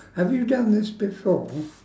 have you done this before